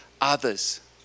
others